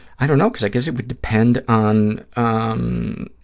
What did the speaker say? i don't know, because i guess it would depend on um